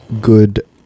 good